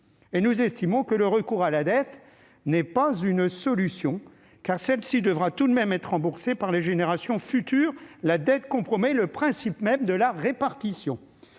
nous estimons que le recours à la dette n'est pas une solution, car celle-ci devra tout de même être remboursée par les générations futures. La dette compromet le principe même de la répartition.